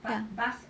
ya